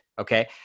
okay